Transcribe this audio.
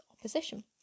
opposition